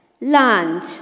land